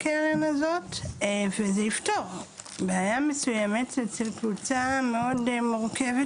זה יפתור בעיה מסוימת אצל קבוצה מאוד מורכבת,